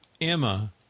Emma